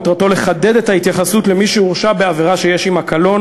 מטרתו לחדד את ההתייחסות למי שהורשע בעבירה שיש עמה קלון